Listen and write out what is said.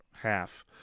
half